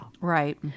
Right